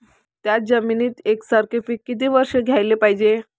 थ्याच जमिनीत यकसारखे पिकं किती वरसं घ्याले पायजे?